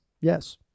Yes